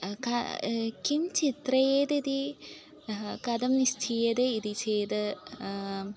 अहं किं चित्रयेदिति कथं निश्चीयते इति चेत्